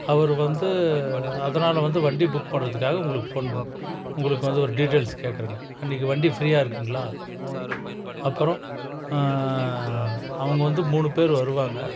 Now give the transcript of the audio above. அவர் வந்து அதனால் வந்து வண்டி புக் பண்ணுறதுக்காக உங்களுக்கு போன் உங்களுக்கு வந்து ஒரு டீடெயில்ஸ் கேட்குறேன்ங்க அன்றைக்கு வண்டி ஃபிரீயாக இருக்குங்களா அப்புறம் அவங்க வந்து மூணு பேர் வருவாங்க